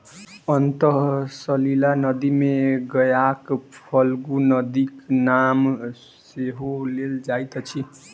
अंतः सलिला नदी मे गयाक फल्गु नदीक नाम सेहो लेल जाइत अछि